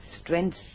strength